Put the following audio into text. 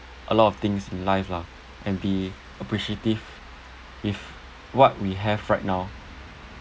a lot of things in life lah and be appreciative of what we have right now